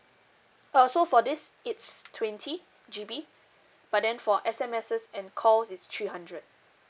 uh so for this it's twenty G_B but then for S_M_Ses and calls it's three hundred